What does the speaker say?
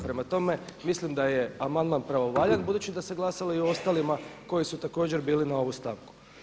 Prema tome mislim da je amandman pravovaljan budući da se glasalo i ostalima koji su također bili na ovu stavku.